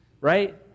right